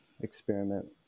experiment